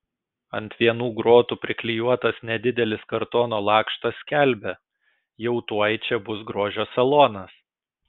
ant vienų grotų priklijuotas nedidelis kartono lakštas skelbia jau tuoj čia bus grožio salonas